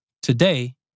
Today